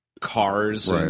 cars